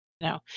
no